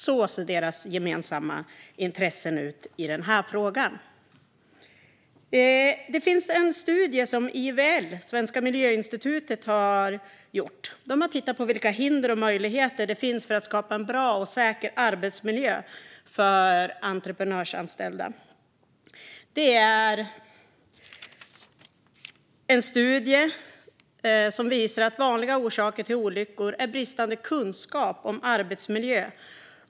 Så ser deras gemensamma intressen ut i den här frågan. Det finns en studie som IVL, Svenska Miljöinstitutet, har gjort. De har tittat på vilka hinder och möjligheter det finns för att skapa en bra och säker arbetsmiljö för entreprenörsanställda. Detta är en studie som visar att vanliga orsaker till olyckor är bristande kunskap om arbetsmiljö.